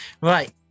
Right